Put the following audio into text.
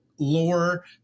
lore